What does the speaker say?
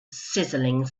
sizzling